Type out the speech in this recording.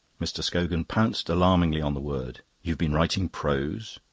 mr. scogan pounced alarmingly on the word. you've been writing prose?